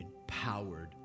empowered